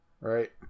Right